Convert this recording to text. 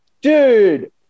Dude